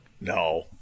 No